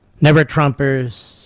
never-Trumpers